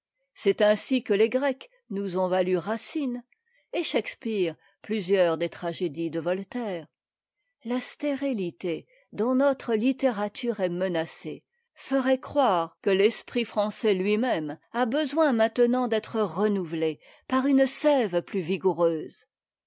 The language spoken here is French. c'est ainsi que les grecs nous ont valu racine et shakspeare plusieurs tragédies de voltaire la stérilité dont notre littérature est menacée ferait croire que l'esprit français lui-même a besoin maintenant d'être renouvelé par une sève plus vigoureuse